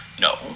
No